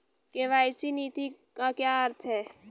KYC नीति का क्या अर्थ है?